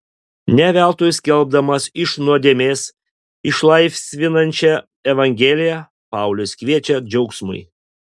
ne veltui skelbdamas iš nuodėmės išlaisvinančią evangeliją paulius kviečia džiaugsmui